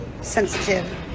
sensitive